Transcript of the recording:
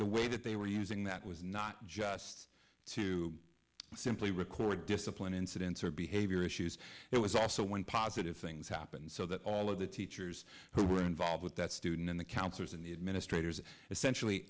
the way that they were using that was not just to simply record discipline incidents or behavior issues it was also when positive things happened so that all of the teachers who were involved with that student and the counselors and the administrators essentially